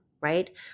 right